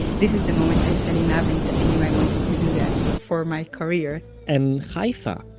this is the moment i fell in love and i knew i wanted to do that for my career and haifa,